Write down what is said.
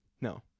No